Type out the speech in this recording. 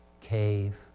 cave